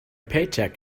paycheck